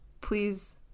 please